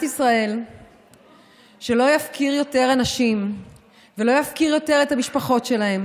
ישראל שלא יפקיר יותר אנשים ולא יפקיר יותר את המשפחות שלהם